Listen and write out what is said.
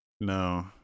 No